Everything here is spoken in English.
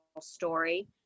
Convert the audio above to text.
story